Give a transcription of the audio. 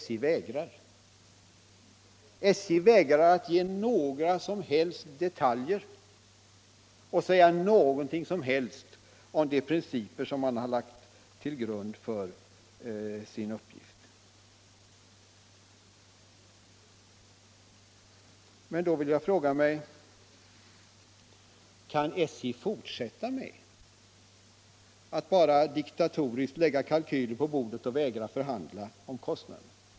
Men SJ vägrar att ge några som helst detaljer och säga något som helst om de principer som ligger till grund för uppgiften. Då frågar jag mig: Kan SJ fortsätta att bara diktatoriskt lägga kalkyler på bordet och vägra förhandla om kostnaderna?